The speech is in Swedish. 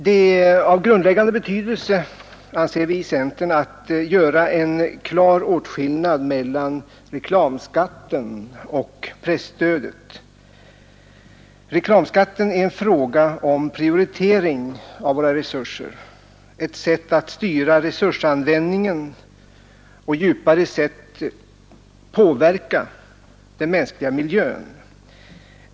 Det är av grundläggande betydelse, anser vi i centern, att göra en klar åtskillnad mellan reklamskatten och presstödet. Reklamskatten är en fråga om prioritering av våra resurser, ett sätt att styra resursanvändningen och djupare sett påverka den mänskliga miljön.